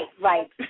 right